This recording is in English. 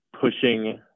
pushing